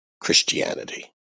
Christianity